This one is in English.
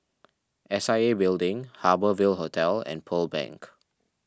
S I A Building Harbour Ville Hotel and Pearl Bank